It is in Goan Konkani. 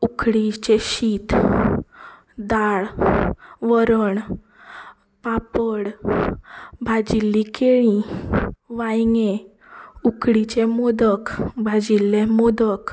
उकडीचें शीत दाळ वरण पापड भाजिल्लीं केळीं वांयगे उकडीचे मोदक भाजिल्ले मोदक